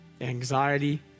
anxiety